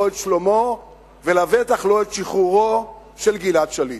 לא את שלומו ולבטח לא את שחרורו של גלעד שליט.